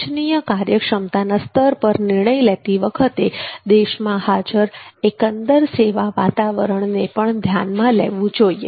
ઇચ્છનીય કાર્યક્ષમતાના સ્તર પર નિર્ણય લેતી વખતે દેશમાં હાજર એકંદર સેવા વાતાવરણને પણ ધ્યાનમાં લેવું જોઈએ